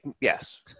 yes